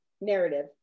narrative